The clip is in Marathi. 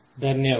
धन्यवाद